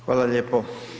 Hvala lijepo.